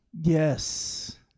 Yes